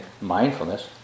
mindfulness